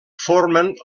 formen